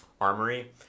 armory